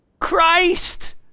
Christ